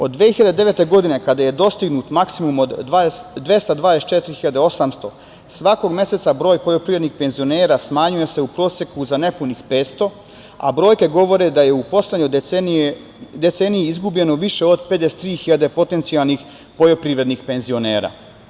Od 2009. godine kada je dostignut maksimum od 224 hiljade 800 svakog meseca broj poljoprivrednih penzionera smanjuje se u proseku za nepunih petsto, a brojke govore da je u poslednjoj deceniji izgubljeno više od 53 hiljade potencijalnih poljoprivrednih penzionera.